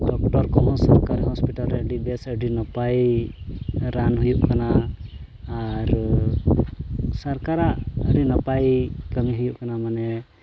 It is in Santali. ᱰᱚᱠᱴᱚᱨ ᱠᱚᱦᱚᱸ ᱥᱚᱨᱠᱟᱨᱤ ᱦᱚᱥᱯᱤᱴᱟᱞ ᱨᱮ ᱟᱹᱰᱤ ᱵᱮᱹᱥ ᱟᱹᱰᱤ ᱱᱟᱯᱟᱭ ᱨᱟᱱ ᱦᱩᱭᱩᱜ ᱠᱟᱱᱟ ᱟᱨ ᱥᱚᱨᱠᱟᱨᱟᱜ ᱟᱹᱰᱤ ᱱᱟᱯᱟᱭ ᱠᱟᱹᱢᱤ ᱦᱩᱭᱩᱜ ᱠᱟᱱᱟ ᱢᱟᱱᱮ